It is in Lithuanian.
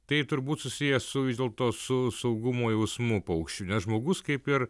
tai turbūt susiję su vis dėlto su saugumo jausmu paukščiui nes žmogus kaip ir